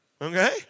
Okay